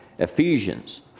Ephesians